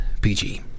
PG